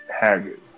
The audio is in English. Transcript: Haggard